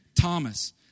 Thomas